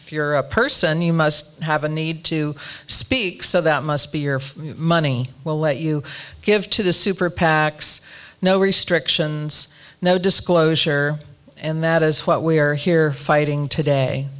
if you're a person you must have a need to speak so that must be your money well what you give to the super pacs no restrictions no disclosure and that is what we are here fighting today